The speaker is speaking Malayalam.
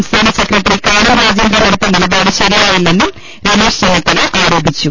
സംസ്ഥാന സെക്രട്ടറി കാനംരാജേന്ദ്രനെടുത്ത നിലപാട് ശരിയായില്ലെന്നും രമേശ് ചെന്നിത്തല ആരോപിച്ചു